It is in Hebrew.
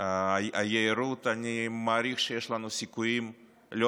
והיהירות שלכם אני מעריך שיש לנו סיכויים לא